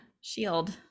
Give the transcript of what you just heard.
shield